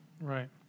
Right